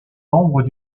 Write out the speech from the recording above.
membres